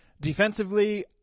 Defensively